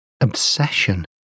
Obsession